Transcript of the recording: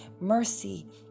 mercy